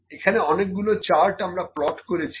এখানে অনেকগুলো চার্ট আমরা প্লট করেছি